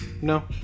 no